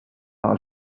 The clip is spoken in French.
par